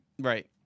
Right